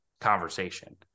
conversation